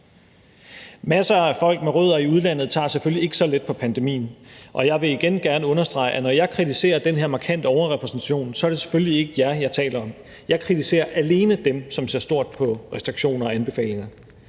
masser af folk med rødder i udlandet, der selvfølgelig ikke tager så let på pandemien, og jeg vil gerne igen understrege, at når jeg kritiserer den her markante overrepræsentation, er det selvfølgelig ikke jer, jeg taler om. Jeg kritiserer alene dem, der ser stort på restriktioner og anbefalinger.